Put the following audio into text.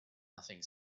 nothing